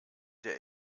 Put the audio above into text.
der